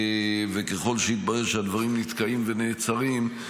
ככל שיתברר שהדברים נתקעים ונעצרים,